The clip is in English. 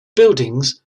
buildings